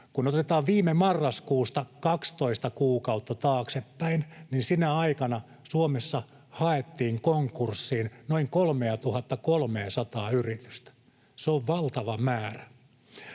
Kun otetaan viime marraskuusta 12 kuukautta taaksepäin, niin sinä aikana Suomessa haettiin konkurssiin noin 3 300:aa yritystä. Se on valtava määrä.